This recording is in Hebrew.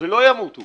ולא ימותו